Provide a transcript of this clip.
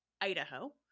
Idaho